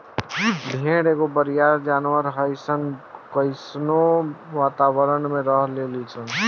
भेड़ एगो बरियार जानवर हइसन इ कइसनो वातावारण के सह लेली सन